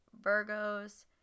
Virgos